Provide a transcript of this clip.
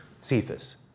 Cephas